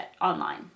online